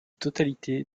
totalité